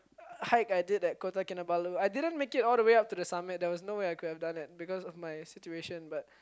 hike I did at Kota-Kinabalu I didn't make it all the way up to the summit there was no way I could have done it because of my situation but